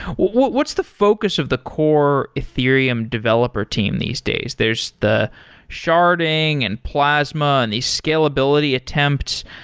what's the focus of the core ethereum developer team these days? there's the sharding and plasma and the scalability attempt,